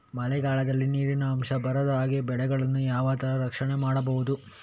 ಮಳೆಗಾಲದಲ್ಲಿ ನೀರಿನ ಅಂಶ ಬಾರದ ಹಾಗೆ ಬೆಳೆಗಳನ್ನು ಯಾವ ತರ ರಕ್ಷಣೆ ಮಾಡ್ಬಹುದು?